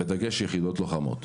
בדגש על יחידות לוחמות.